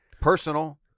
personal